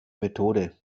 methode